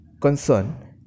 concern